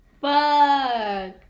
Fuck